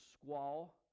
squall